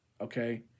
okay